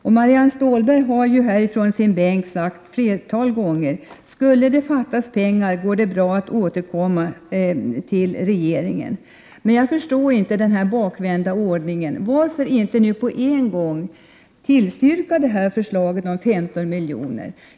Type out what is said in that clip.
Marianne Stålberg har från sin bänk sagt ett flertal gånger att om det skulle fattas pengar går det bra att återkomma till regeringen. Men jag förstår inte denna bakåtvända ordning. Varför inte nu på en gång tillstyrka detta förslag på 15 milj.kr.?